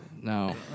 No